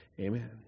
Amen